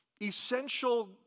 essential